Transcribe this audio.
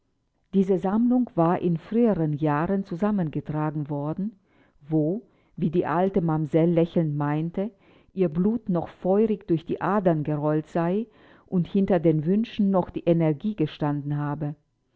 diese sammlung war in früheren jahren zusammengetragen worden wo wie die alte mamsell lächelnd meinte ihr blut noch feurig durch die adern gerollt sei und hinter den wünschen noch die energie gestanden habe